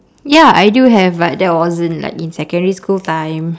ya I do have but that wasn't like in secondary school time